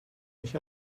nicht